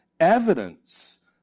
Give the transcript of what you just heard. evidence